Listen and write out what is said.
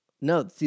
No